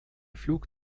flug